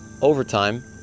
overtime